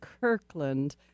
Kirkland